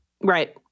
Right